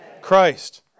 Christ